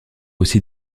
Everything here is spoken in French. aussi